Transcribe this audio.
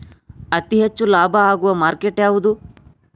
ಅತಿ ಹೆಚ್ಚು ಲಾಭ ಆಗುವ ಮಾರ್ಕೆಟ್ ಯಾವುದು?